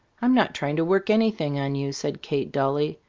i am not trying to work anything on you, said kate, dully,